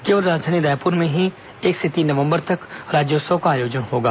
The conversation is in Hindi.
केवल राजधानी रायपुर में ही एक से तीन नवंबर तक राज्योत्सव का आयोजन होगा